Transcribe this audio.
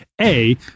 A-